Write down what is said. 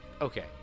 Okay